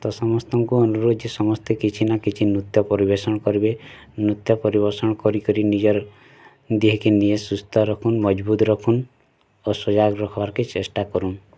ତ ସମସ୍ତଙ୍କୁ ଅନୁରୋଧ ଯେ ସମସ୍ତେ କିଛି ନା କିଛି ନୃତ୍ୟ ପରିବେଷଣ କରିବେ ନୃତ୍ୟ ପରିବେଷଣ କରି କରି ନିଜର୍ ଦିହେଁକି ନିଜେ ସୁସ୍ଥ ରଖୁନ୍ ମଜବୁତ ରଖୁନ୍ ଆଉ ସଜାଗ ରଖବାର୍ କେ ଚେଷ୍ଟା କରୁନ୍